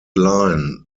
line